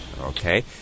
Okay